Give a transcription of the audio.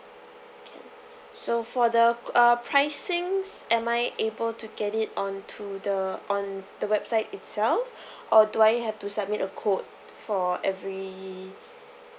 can so for the co~ uh pricings am I able to get it onto the on the website itself or do I have to submit a code for every